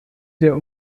der